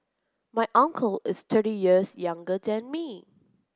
my uncle is thirty years younger than me